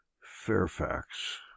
Fairfax